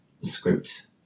script